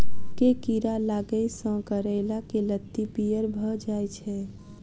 केँ कीड़ा लागै सऽ करैला केँ लत्ती पीयर भऽ जाय छै?